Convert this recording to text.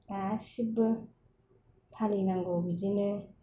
गासैबो फालिनांगौ बिदिनो